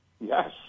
Yes